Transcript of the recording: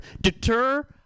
deter